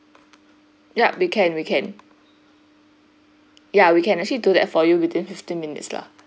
yup we can we can ya we can actually do that for you within fifteen minutes lah